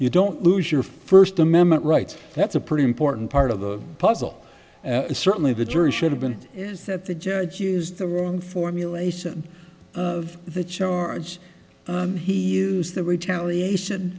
you don't lose your first amendment rights that's a pretty important part of the puzzle certainly the jury should have been is that the judge used the wrong formulation of the charge he used the retaliation